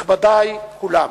מכובדי כולם,